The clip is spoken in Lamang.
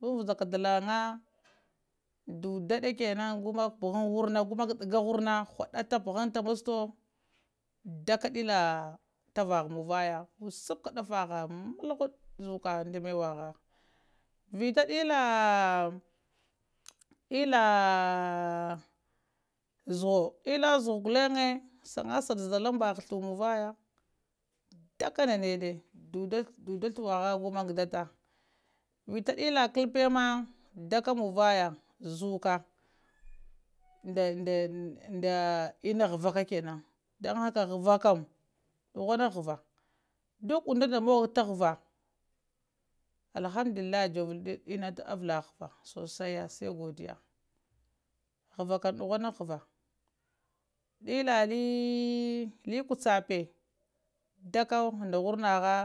Vazən-baza ka dala ŋ dudaɗe kenaŋ gumak paghəŋ wurna gumak ɗəga wurna gnwaɗa ka pəhanta mastawo ɗakka dilla tavaha muvaya wusapta daffaha mulhuda zuka dan mehwaha vita dilla dilla zo dilla zuhuwo gullen sangsa zadalan baha sliwe gulten dakka nda nede dudda dudda thiwaha gumak daddata vita dilla kalpe ma dakka muvaya zuka nda nda inna ghəvaka kenan dunhaka ghavah kəm duk undunda tahəvah alhamdulillahi ɗzovil ina avllaha sosai sai godiya ghəva kəm dughwun ghavah dilla li kacape dakka nda wurnaha